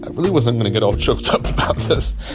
really wasn't going to get all choked up about this,